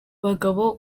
bagabo